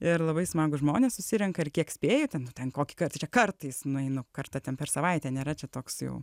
ir labai smagūs žmonės susirenka ir kiek spėju ten ten kokį kad kartais nueinu kartą ten per savaitę nėra čia toks jau